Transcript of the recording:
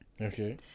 Okay